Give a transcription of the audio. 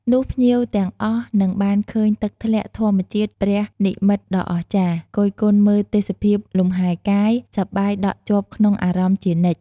នោះភ្ញៀវទាំងអស់នឹងបានឃើញទឹកធ្លាក់ធម្មជាតិព្រះនិមិ្មតដ៏អស្ចារ្យ គយគន់មើលទេសភាពលំហែកាយ សប្បាយដក់ជាប់ក្នុងអារម្មណ៍ជានិច្ច ។